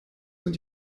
sind